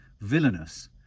villainous